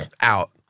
out